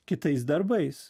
kitais darbais